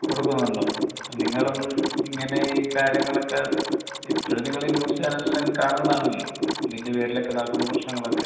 കൊടുക്കുന്നുണ്ടോ ഇപ്പം നിങ്ങളും ഇങ്ങനെ ഈ കാര്യങ്ങളൊക്കെ എപ്പോഴും നിങ്ങൾ ഈ ന്യൂസ് ചാനൽ എല്ലാം കാണുന്നതാണല്ലോ ഇതിൻ്റെ പേരിലൊക്കെ നടക്കുന്ന പ്രശ്നങ്ങളൊക്കെ